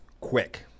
quick